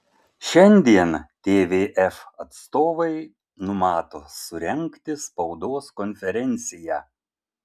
šiandien tvf atstovai numato surengti spaudos konferenciją